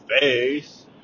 face